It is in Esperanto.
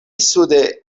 sude